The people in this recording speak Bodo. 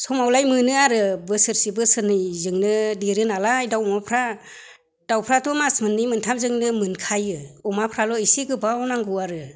समावलाय मोनो आरो बोसोरसे बोसोरनैजोंनो देरो नालाय दाउ अमाफ्रा दाउफोराथ' मास मोननै मोनथामजोंनो मोनखायो अमाफोराल' एसे गोबाव नांगौ आरो